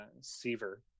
Seaver